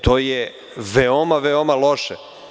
To je veoma, veoma loše.